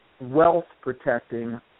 wealth-protecting